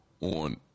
on